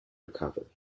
recover